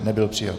Nebyl přijat.